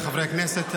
חבריי חברי הכנסת,